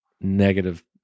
negative